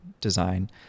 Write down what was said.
design